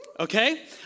Okay